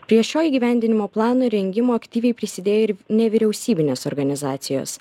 prie šio įgyvendinimo plano rengimo aktyviai prisidėjo ir nevyriausybinės organizacijos